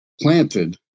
planted